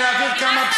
תודה רבה.